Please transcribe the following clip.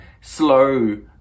slow